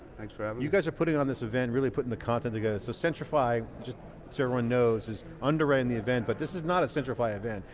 thanks for having me. you guys are putting on this event, really putting the content together. so centrify, just so everyone knows, is underwriting the event but this is not a centrify event.